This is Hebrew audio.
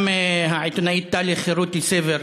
גם העיתונאית טלי חרותי-סובר